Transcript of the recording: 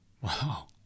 Wow